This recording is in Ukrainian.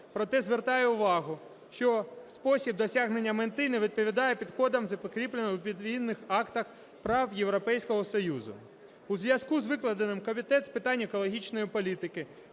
проти звертає увагу, що спосіб досягнення мети не відповідає підходам, закріплених у відповідних актах прав Європейського Союзу. У зв'язку з викладеним Комітет з питань екологічної політики